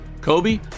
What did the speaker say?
Kobe